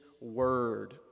Word